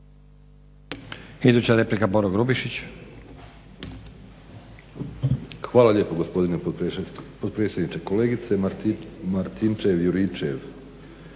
Hvala lijepa gospodine potpredsjedniče. Kolegice Fortuna, čini